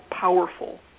powerful